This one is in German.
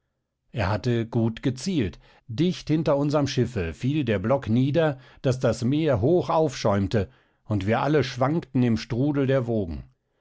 er hatte gut gezielt dicht hinter unserm schiffe fiel der block nieder daß das meer hoch aufschäumte und wir alle schwankten im strudel der wogen